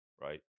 Right